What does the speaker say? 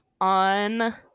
on